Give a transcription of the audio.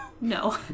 No